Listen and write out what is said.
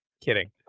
kidding